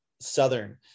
Southern